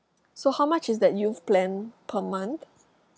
so how much is that youth plan per month